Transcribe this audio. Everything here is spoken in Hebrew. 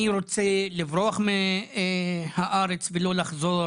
מי רוצה לברוח מהארץ ולא לחזור?